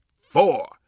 four